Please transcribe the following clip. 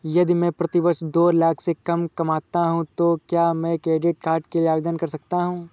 यदि मैं प्रति वर्ष दो लाख से कम कमाता हूँ तो क्या मैं क्रेडिट कार्ड के लिए आवेदन कर सकता हूँ?